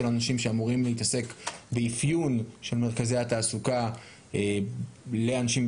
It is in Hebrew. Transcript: של אנשים שאמורים להתעסק באפיון מרכזי התעסוקה לאנשים עם